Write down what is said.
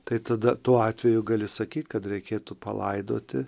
tai tada tuo atveju gali sakyti kad reikėtų palaidoti